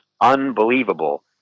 unbelievable